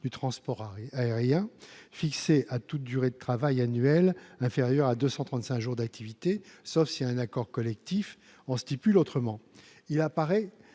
du transport aérien comme toute durée de travail annuelle inférieure à 235 jours d'activité, sauf si un accord collectif en dispose autrement. Il apparaît